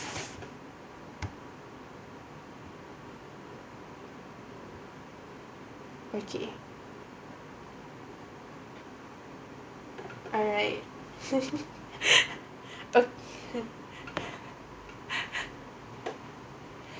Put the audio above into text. okay alright okay